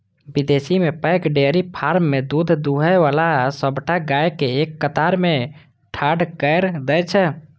विदेश मे पैघ डेयरी फार्म मे दूध दुहै बला सबटा गाय कें एक कतार मे ठाढ़ कैर दै छै